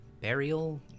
burial